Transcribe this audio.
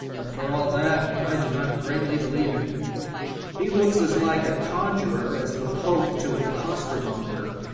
but, for all that, i do not greatly believe him he looks as like a conjurer as the pope to a costermonger.